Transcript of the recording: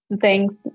Thanks